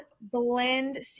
blend